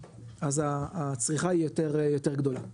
אז הצריכה יהיה יותר גדולה.